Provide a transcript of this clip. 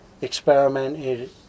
experimented